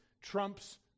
trumps